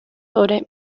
sobre